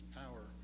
power